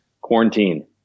quarantine